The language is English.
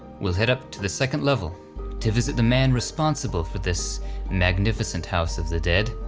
we'll head up to the second level to visit the man responsible for this magnificent house of the dead,